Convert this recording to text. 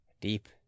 deep